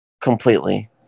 Completely